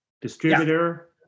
distributor